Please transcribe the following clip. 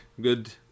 Good